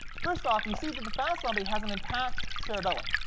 first off, you see that the fast zombie has an attached cerebellum.